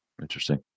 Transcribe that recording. Interesting